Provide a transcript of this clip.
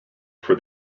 for